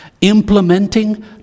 implementing